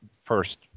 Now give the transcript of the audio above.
first